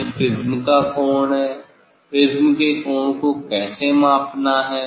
यह प्रिज्म का कोण है प्रिज्म के कोण को कैसे मापना है